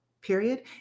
period